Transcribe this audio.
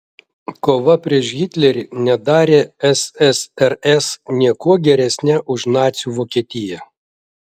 kova prieš hitlerį nedarė ssrs niekuo geresne už nacių vokietiją